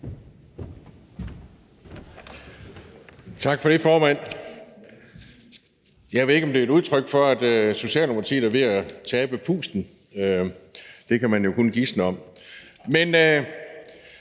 Tak for det, formand. Jeg ved ikke, om det, ordføreren sagde, er et udtryk for, at Socialdemokratiet er ved at tabe pusten – det kan man jo kun gisne om.